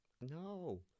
no